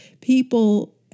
people